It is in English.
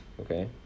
okay